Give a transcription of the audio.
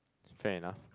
fair enough